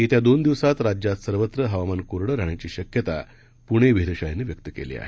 येत्या दोन दिवसात राज्यात सर्वत्र हवामान कोरडं राहण्याची शक्यता पुणे वेधशाळेनं व्यक्त केली आहे